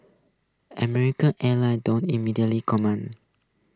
American airlines don't immediately comment